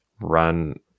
run